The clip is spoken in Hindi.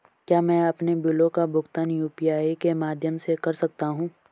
क्या मैं अपने बिलों का भुगतान यू.पी.आई के माध्यम से कर सकता हूँ?